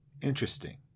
interesting